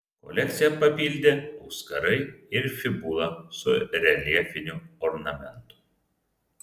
kolekciją papildė auskarai ir fibula su reljefiniu ornamentu